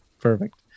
perfect